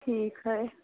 ठीक है